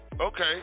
Okay